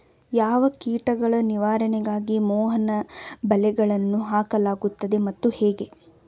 ಯಾವ ಕೀಟಗಳ ನಿವಾರಣೆಗಾಗಿ ಮೋಹನ ಬಲೆಗಳನ್ನು ಹಾಕಲಾಗುತ್ತದೆ ಮತ್ತು ಹೇಗೆ?